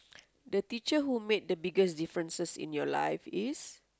the teacher who made the biggest differences in your life is